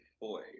boy